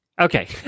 Okay